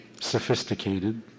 sophisticated